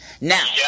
Now